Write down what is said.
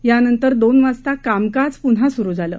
यानंतर दोन वाजता कामकाज पुन्हा सुरु झालं